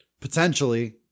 potentially